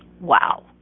Wow